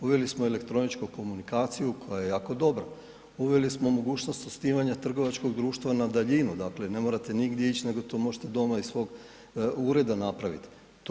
Uveli smo elektroničku komunikaciju koja je jako dobra, uveli smo mogućnost osnivanja trgovačkog društva na daljinu, dakle, ne morate nigdje ići nego to možete doma iz svog ureda napraviti.